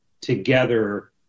together